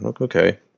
okay